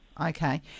Okay